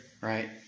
Right